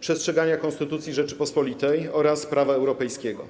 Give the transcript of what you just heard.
przestrzegania Konstytucji Rzeczypospolitej oraz prawa europejskiego.